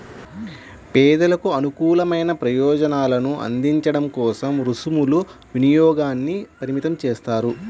పేదలకు అనుకూలమైన ప్రయోజనాలను అందించడం కోసం రుసుముల వినియోగాన్ని పరిమితం చేస్తారు